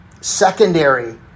secondary